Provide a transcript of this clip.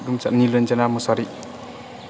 गोमसाथ निलोनजोना मसाहारि